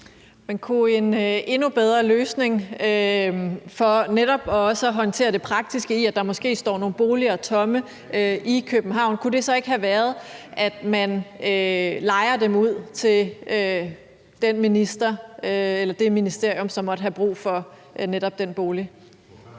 Men kunne en endnu bedre løsning for netop også at håndtere det praktiske i, at der måske står nogen boliger tomme i København, så ikke have været, at man lejede dem ud til den minister eller det ministerium, som måtte have brug for netop den bolig?